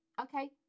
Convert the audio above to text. okay